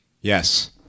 Yes